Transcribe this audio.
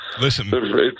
Listen